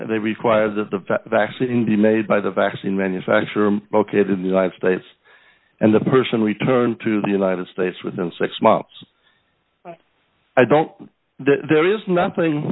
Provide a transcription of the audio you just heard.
they require that the vaccine be made by the vaccine manufacturer located in the united states and the person returned to the united states within six months i don't there is nothing